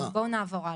טוב, בואו נעבור הלאה.